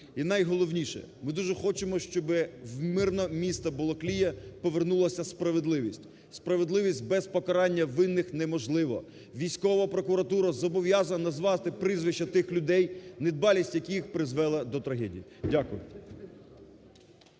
І, найголовніше, ми дуже хочемо, щоб в мирне місто Балаклея повернулася справедливість. Справедливість без покарання винних неможлива. Військова прокуратура зобов'язана назвати прізвища тих людей, недбалість яких призвела до трагедії. Дякую.